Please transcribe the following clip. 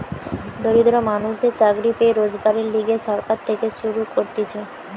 দরিদ্র মানুষদের চাকরি পেয়ে রোজগারের লিগে সরকার থেকে শুরু করতিছে